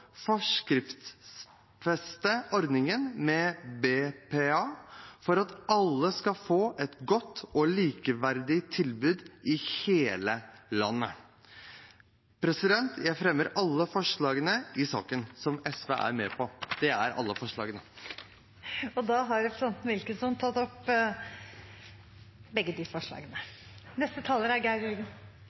ordningen med BPA, for at alle skal få et godt og likeverdig tilbud i hele landet. Jeg tar opp alle forslagene fra SV, som er alle forslag i saken. Representanten Nicholas Wilkinson har tatt opp de forslagene